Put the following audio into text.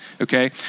okay